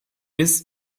bis